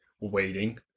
waiting